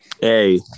Hey